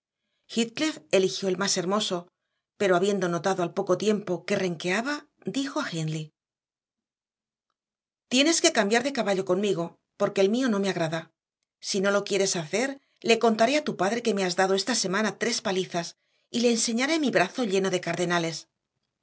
eligió el más hermoso pero habiendo notado al poco tiempo que renqueaba dijo a hindley tienes que cambiar de caballo conmigo porque el mío no me agrada si no lo quieres hacer le contaré a tu padre que me has dado esta semana tres palizas y le enseñaré mi brazo lleno de cardenales